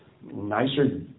nicer